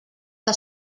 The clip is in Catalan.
que